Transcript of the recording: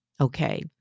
okay